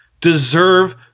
deserve